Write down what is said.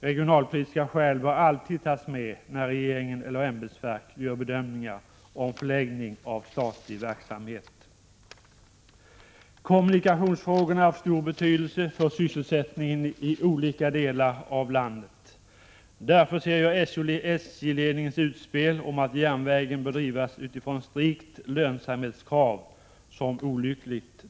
Regionalpolitiska skäl bör alltid beaktas när regeringen eller ämbetsverk gör bedömningar om förläggning av statlig verksamhet. Kommunikationsfrågorna är av stor betydelse för sysselsättningen i olika delar av landet. Därför ser jag SJ-ledningens utspel om att järnvägen bör drivas utifrån strikta lönsamhetskrav som olyckligt.